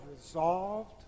resolved